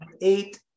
Eight